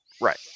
right